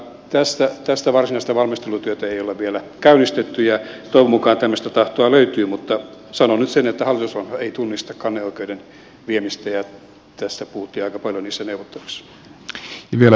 tästä varsinaista valmistelutyötä ei ole vielä käynnistetty ja toivon mukaan tämmöistä tahtoa löytyy mutta sanon nyt sen että hallitusohjelma ei tunnista kanneoikeuden viemistä ja tästä puhuttiin aika paljon niissä neuvotteluissa